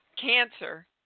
cancer